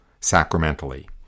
sacramentally